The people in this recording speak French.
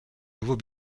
nouveau